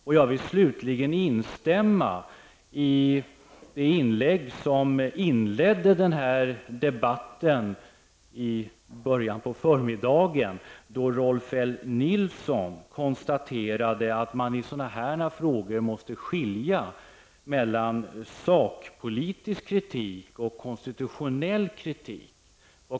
Slutligen vill jag instämma i det inlägg som inledde den här debatten i förmiddags, då Rolf L Nilson konstaterade att man i frågor av den här typen måste skilja mellan sakpolitisk kritik och konstitutionell kritik.